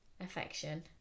affection